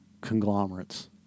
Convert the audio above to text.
conglomerates